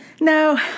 No